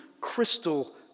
crystal